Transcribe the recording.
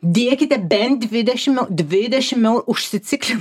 dėkite bent dvidešim eu dvidešim eu užsiciklin